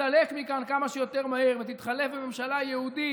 תסתלק מכאן כמה שיותר מהר ותתחלף בממשלה יהודית,